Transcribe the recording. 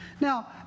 Now